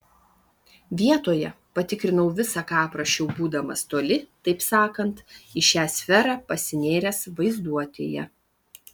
vietoje patikrinau visa ką aprašiau būdamas toli taip sakant į šią sferą pasinėręs vaizduotėje